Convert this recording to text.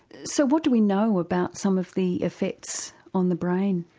so what do we know about some of the effects on the brain?